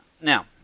Now